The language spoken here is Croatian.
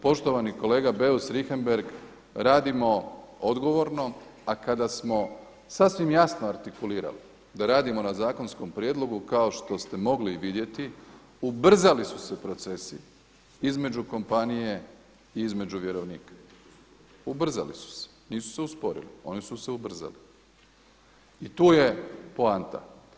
Poštovani kolega Beus Richembergh radimo odgovorno, a kada smo sasvim jasno artikulirali da radimo na zakonskom prijedlogu kao što ste mogli i vidjeti ubrzali su se procesi između kompanije i između vjerovnika, ubrzali su se, nisu se usporili, oni su se ubrzali i tu je poanta.